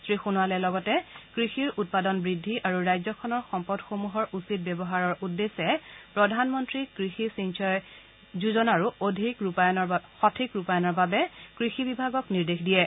শ্ৰীসোণোৱালে লগতে কৃষিৰ উৎপাদন বৃদ্ধি আৰু ৰাজ্যখনৰ সম্পদসমূহৰ উচিত ব্যৱহাৰৰ উদ্দেশ্যে প্ৰধানমন্ত্ৰী কৃষি সিঞ্চয় যোজনাৰো সঠিক ৰূপায়ণৰ বাবে কৃষি বিভাগক নিৰ্দেশ দিয়ে